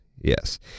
yes